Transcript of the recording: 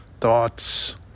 thoughts